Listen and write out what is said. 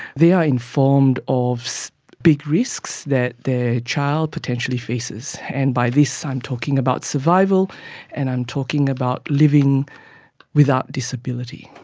they are informed of big risks that their child potentially faces, and by this i'm talking about survival and i'm talking about living without disability.